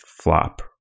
flop